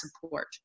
support